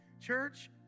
Church